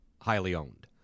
highly-owned